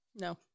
No